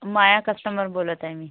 माया customer बोलत आहे मी